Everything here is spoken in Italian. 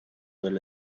delle